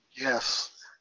Yes